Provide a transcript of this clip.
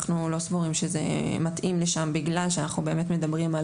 אנחנו לא סבורים שזה מתאים לשם בגלל שאנחנו באמת מדברים על